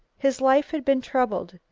his life had been troubled,